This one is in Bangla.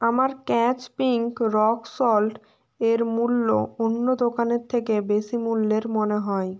আমার ক্যাচ পিংক রক সল্ট এর মূল্য অন্য দোকানের থেকে বেশি মূল্যের মনে হয়